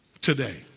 today